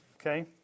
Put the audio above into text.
Okay